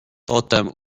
potem